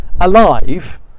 alive